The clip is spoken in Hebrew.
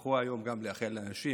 שכחו היום לאחל לאנשים